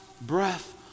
breath